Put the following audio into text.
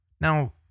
now